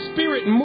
Spirit